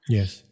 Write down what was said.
Yes